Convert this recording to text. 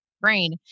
brain